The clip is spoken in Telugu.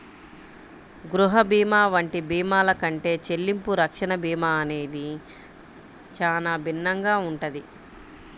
గృహ భీమా వంటి భీమాల కంటే చెల్లింపు రక్షణ భీమా అనేది చానా భిన్నంగా ఉంటది